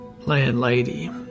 landlady